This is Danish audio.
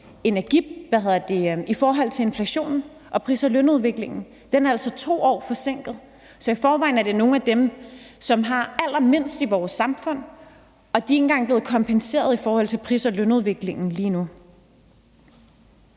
i forhold til inflationen og pris- og lønudviklingen er altså 2 år forsinket, så i forvejen handler det om nogle af dem, der har allermindst i vores samfund, og de er ikke engang blevet kompenseret i forhold til pris- og lønudviklingen lige nu.